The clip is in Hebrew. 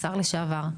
השר לשעבר,